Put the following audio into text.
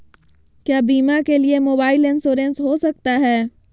क्या बीमा के लिए मोबाइल इंश्योरेंस हो सकता है?